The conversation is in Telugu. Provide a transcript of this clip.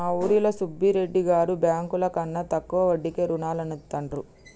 మా ఊరిలో సుబ్బిరెడ్డి గారు బ్యేంకుల కన్నా తక్కువ వడ్డీకే రుణాలనిత్తండ్రు